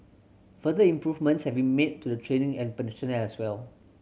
further improvements have been made to the training as personnel as well